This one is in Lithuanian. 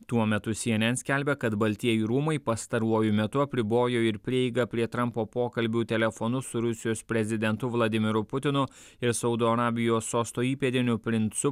tuo metu cnn skelbia kad baltieji rūmai pastaruoju metu apribojo ir prieigą prie trampo pokalbių telefonu su rusijos prezidentu vladimiru putinu ir saudo arabijos sosto įpėdiniu princu